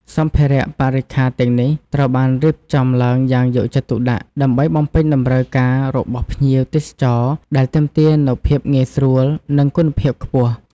សម្ភារៈបរិក្ខារទាំងនេះត្រូវបានរៀបចំឡើងយ៉ាងយកចិត្តទុកដាក់ ដើម្បីបំពេញតម្រូវការរបស់ភ្ញៀវទេសចរដែលទាមទារនូវភាពងាយស្រួល និងគុណភាពខ្ពស់។